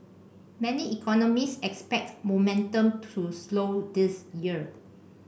many economists expect momentum to slow this year